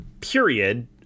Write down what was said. period